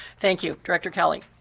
thank you. director kelly?